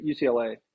UCLA